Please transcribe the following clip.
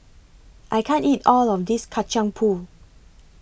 I can't eat All of This Kacang Pool